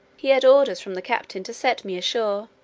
he had orders from the captain to set me ashore.